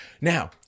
Now